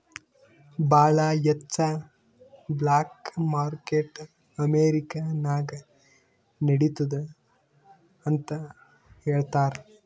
ಭಾಳ ಹೆಚ್ಚ black market America ನಾಗ್ ನಡಿತ್ತುದ್ ಅಂತ್ ಹೇಳ್ತಾರ್